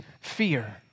fear